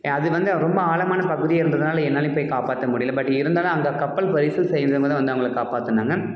அது வந்து அவன் ரொம்ப ஆழமான பகுதியாக இருந்ததுனால் என்னாலேயும் போய் காப்பாற்ற முடியலை பட் இருந்தாலும் அந்த கப்பல் பரிசல் சேர்ந்தவங்க தான் வந்து அவங்கள காப்பாற்றினாங்க